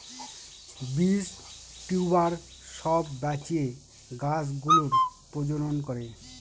বীজ, টিউবার সব বাঁচিয়ে গাছ গুলোর প্রজনন করে